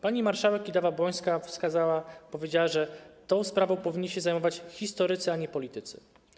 Pani marszałek Kidawa-Błońska powiedziała, że tą sprawą powinni się zajmować historycy, a nie politycy.